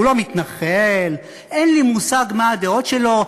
הוא לא מתנחל, אין לי מושג מה הדעות שלו.